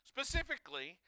Specifically